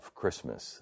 Christmas